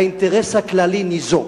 האינטרס הכללי ניזוק.